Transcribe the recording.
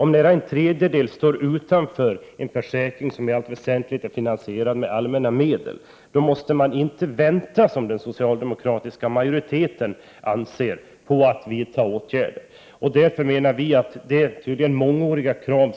Om nära en tredjedel står utanför en försäkring, som i allt väsentligt är finansierad med allmänna medel, då kan man inte vänta med att vidta åtgärder så som den socialdemokratiska majoriteten anser att vi bör göra. Centern m.fl. har i många år rest krav